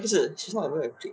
不是 she not even your clique